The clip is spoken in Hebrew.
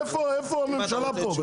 איפה הממשלה פה?